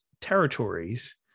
territories